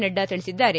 ನಡ್ಡಾ ತಿಳಿಸಿದ್ದಾರೆ